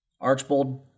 Archbold